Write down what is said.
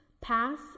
Pass